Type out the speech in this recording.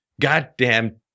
goddamn